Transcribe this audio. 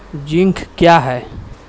Zinc क्या हैं?